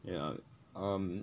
ya um